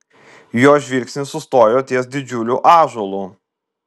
jo žvilgsnis sustojo ties didžiuliu ąžuolu